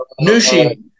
Nushi